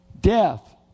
Death